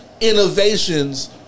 innovations